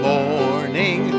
morning